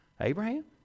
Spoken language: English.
Abraham